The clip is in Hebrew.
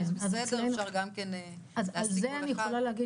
האם היא בסדר --- על זה אני יכולה להגיד